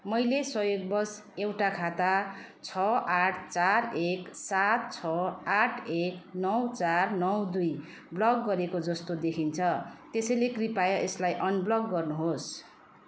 मैले संयोगवश एउटा खाता छ आठ चार एक सात छ आठ एक नौ चार नौ दुई ब्लक गरेको जस्तो देखिन्छ त्यसैले कृपया यसलाई अनब्लक गर्नुहोस्